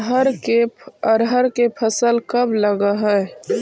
अरहर के फसल कब लग है?